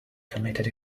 committed